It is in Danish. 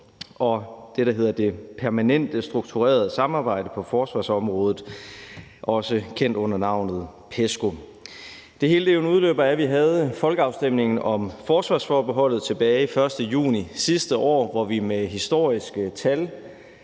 og det, der hedder Det Permanente Strukturerede Samarbejde på forsvarsområdet, også kendt under navnet PESCO. Det hele er jo en udløber af, at vi havde folkeafstemningen om forsvarsforbeholdet tilbage den 1. juni sidste år, hvor vi med historiske tal,